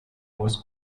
was